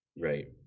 Right